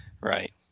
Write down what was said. Right